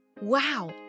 Wow